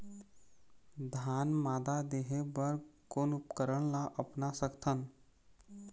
धान मादा देहे बर कोन उपकरण ला अपना सकथन?